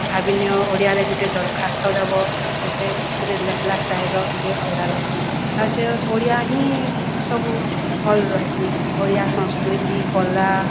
ଭାବି ନିଅ ଓଡ଼ିଆରେ ଗୁଟେ ଦରଖାସ୍ତ ଦେବ ସେ ଗୁଟେ ଲେଖ୍ଲା ଷ୍ଟାଇଲ୍ର ଟିକେ ଅଲ୍ଗା ରହେସି ତାପଛେ ଓଡ଼ିଆ ହିଁ ସବୁ ଭଲ୍ ରହେସି ଓଡ଼ିଆ ସଂସ୍କୃତି କଲା